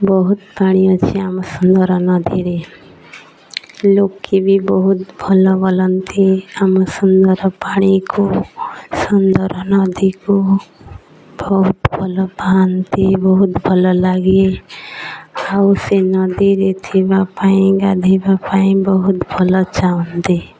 ବହୁତ ପାଣି ଅଛି ଆମ ସୁନ୍ଦର ନଦୀରେ ଲୋକେ ବି ବହୁତ ଭଲ ବୋଲନ୍ତି ଆମ ସୁନ୍ଦର ପାଣିକୁ ସୁନ୍ଦର ନଦୀକୁ ବହୁତ ଭଲ ପାଆନ୍ତି ବହୁତ ଭଲ ଲାଗେ ଆଉ ସେ ନଦୀରେ ଥିବା ପାଇଁ ଗାଧେଇବା ପାଇଁ ବହୁତ ଭଲ ଚାହାଁନ୍ତି